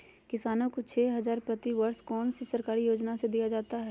किसानों को छे हज़ार प्रति वर्ष कौन सी सरकारी योजना से दिया जाता है?